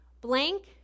blank